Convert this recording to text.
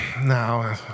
No